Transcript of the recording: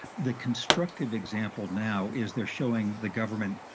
the constructed example now is there showing the government,